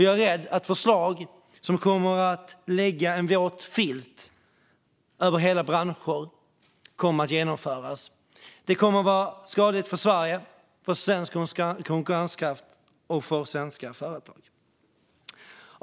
Jag är rädd att förslag som kommer att lägga en våt filt över hela branscher kommer att genomföras. Det kommer att vara skadligt för Sverige, för svensk konkurrenskraft och för svenska företag.